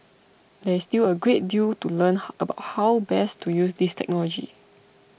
there is still a great deal to learn about how best to use this technology